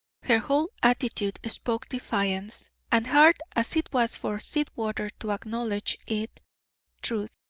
her whole attitude spoke defiance and hard as it was for sweetwater to acknowledge it truth.